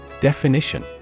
Definition